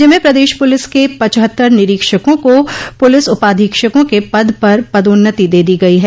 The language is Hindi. राज्य में प्रदेश पुलिस के पचहत्तर निरीक्षकों को पुलिस उपाधीक्षकों के पद पर पदोन्नति दे दी गई है